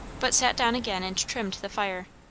but sat down again and trimmed the fire.